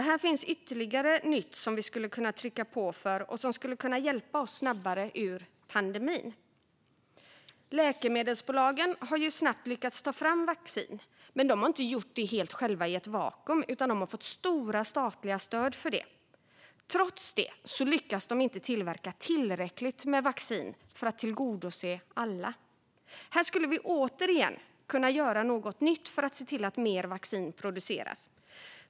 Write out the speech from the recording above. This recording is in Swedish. Här finns ytterligare nytt som vi skulle kunna trycka på för och som skulle kunna hjälpa oss att komma snabbare ur pandemin. Läkemedelsbolagen har snabbt lyckats ta fram vaccin. Men de har inte gjort det helt själva i ett vakuum, utan de har fått stora statliga stöd för det. Trots det lyckas de inte tillverka tillräckligt med vaccin för att tillgodose alla. Här skulle vi återigen kunna göra något nytt för att se till att mer vaccin produceras.